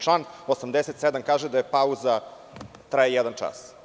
Član 87. kaže da pauza traje jedan čas.